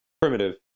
Primitive